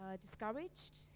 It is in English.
discouraged